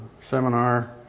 seminar